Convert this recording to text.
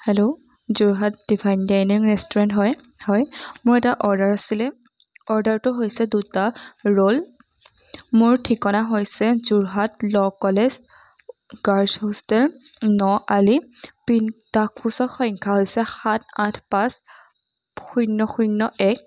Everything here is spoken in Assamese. hello Jorhat divine dining restaurant হয় হয় মোৰ এটা অৰ্ডাৰ আছিলে অৰ্ডাৰটো হৈছে দুটা ৰোল মোৰ ঠিকনা হৈছে Jorhat law college girls hostel ন আলি পিন ডাক সুচক সংখ্যা হৈছে সাত আঠ পাঁচ শূন্য শূন্য এক